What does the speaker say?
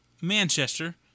Manchester